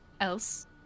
else